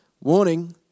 Warning